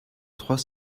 trois